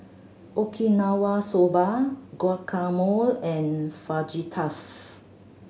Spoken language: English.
Okinawa Soba Guacamole and Fajitas